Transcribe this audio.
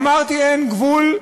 אמרתי "אין גבול",